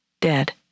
dead